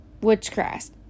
witchcraft